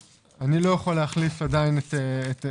אני לא יכול להחליף עדיין את עמדתו.